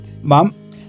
Mom